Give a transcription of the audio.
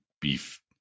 beef